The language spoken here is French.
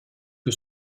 que